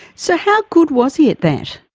so how good was he at that?